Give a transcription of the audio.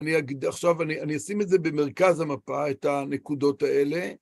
אני אגיד עכשיו, אני אשים את זה במרכז המפה, את הנקודות האלה.